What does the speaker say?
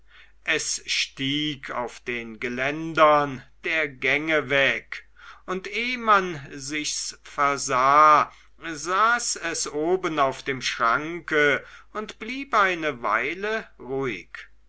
es stieg auf den geländern der gänge weg und eh man sich's versah saß es oben auf dem schranke und blieb eine weile ruhig